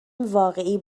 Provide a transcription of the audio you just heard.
واقعی